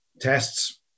tests